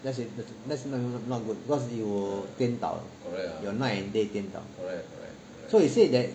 that's if that's not even not good cause it will 颠倒 your night and day 颠倒 so he said that